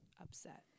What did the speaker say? upset